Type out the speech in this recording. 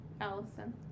Allison